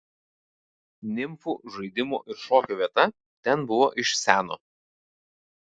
nimfų žaidimo ir šokio vieta ten buvo iš seno